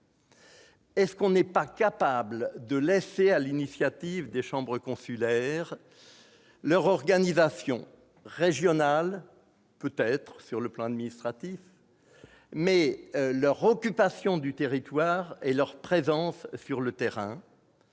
ruraux ? N'est-on pas capable de laisser à l'initiative des chambres consulaires leur organisation régionale, peut-être sur le plan administratif, leur occupation du territoire et leur présence sur le terrain,